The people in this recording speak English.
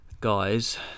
guys